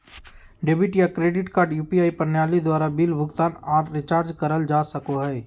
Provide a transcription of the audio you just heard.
debit या credit card UPI प्रणाली द्वारा बिल भुगतान आर रिचार्ज करल जा सको हय